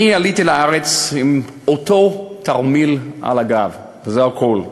אני עליתי לארץ עם אותו תרמיל על הגב, וזה הכול.